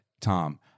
Tom